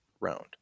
round